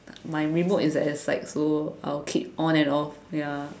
my remote is at the side so I will keep on and off ya